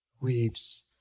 weeps